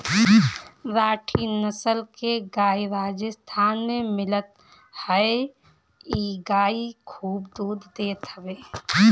राठी नसल के गाई राजस्थान में मिलत हअ इ गाई खूब दूध देत हवे